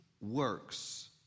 works